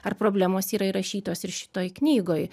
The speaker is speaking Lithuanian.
ar problemos yra įrašytos ir šitoj knygoj